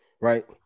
right